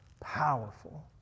powerful